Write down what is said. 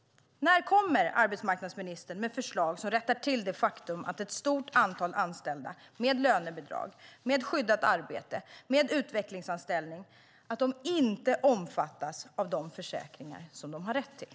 När kommer arbetsmarknadsministern att lägga fram förslag som rättar till det faktum att ett stort antal anställda med lönebidrag, med skyddat arbete eller med utvecklingsanställning inte omfattas av de försäkringar de har rätt till?